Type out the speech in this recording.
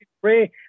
pray